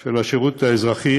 של השירות האזרחי